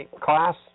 class